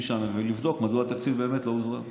שם ולבדוק מדוע התקציב באמת לא הוזרם.